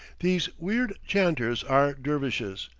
these weird chanters are dervishes,